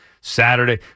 Saturday